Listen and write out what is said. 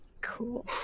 Cool